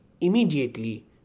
immediately